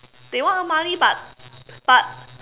they want earn money but but